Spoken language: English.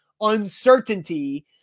uncertainty